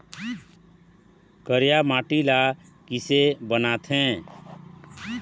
करिया माटी ला किसे बनाथे?